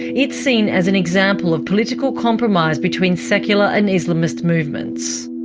it's seen as an example of political compromise between secular and islamist movements.